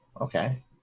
okay